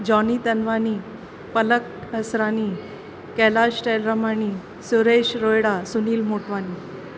Johnny Tanwani Palak Hasrani Kailash Tahilramani Suresh Rohira Sunil Motwani